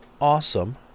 awesome